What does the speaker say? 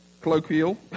Colloquial